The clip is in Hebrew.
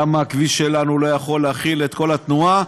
למה הכביש שלנו לא יכול להכיל את כל התנועה?